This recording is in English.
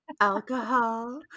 alcohol